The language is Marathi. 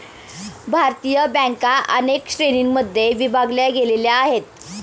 भारतीय बँका अनेक श्रेणींमध्ये विभागल्या गेलेल्या आहेत